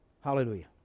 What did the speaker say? Hallelujah